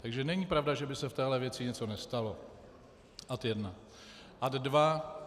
Takže není pravda, že by se v téhle věci něco nestalo ad 1. Ad 2.